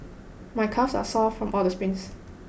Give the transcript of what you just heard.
my calves are sore from all the sprints